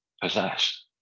possessed